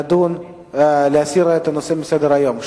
להסיר את הנושא מסדר-היום.